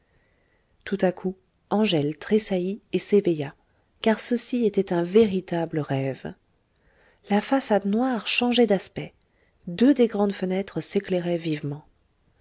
tout a coup angèle tressaillit et s'éveilla car ceci était un véritable rêve la façade noire changeait d'aspect deux des grandes fenêtres s'éclairaient vivement